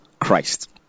Christ